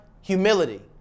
humility